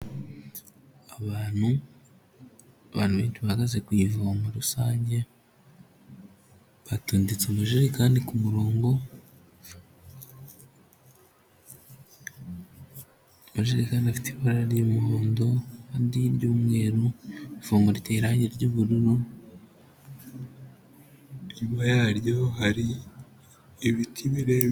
Abantu, abantu benshi bahagaze ku ivomo rusange, batondetse amajerekani ku murongo, amajerekani afite ibara ry'umuhondo, andi iry'umweru, ivomo riteye irangi ry'ubururu, inyuma yaryo hari ibiti birebire.